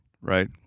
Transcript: right